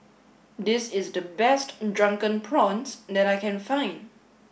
this is the best drunken prawns that I can find